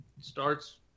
starts